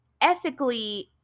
ethically